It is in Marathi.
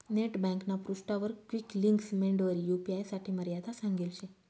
नेट ब्यांकना पृष्ठावर क्वीक लिंक्स मेंडवरी यू.पी.आय साठे मर्यादा सांगेल शे